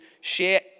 share